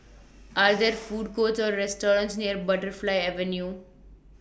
Are There Food Courts Or restaurants near Butterfly Avenue